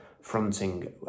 fronting